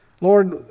Lord